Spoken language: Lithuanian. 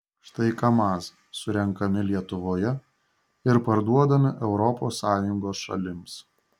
štai kamaz surenkami lietuvoje ir parduodami europos sąjungos šalims